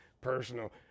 personal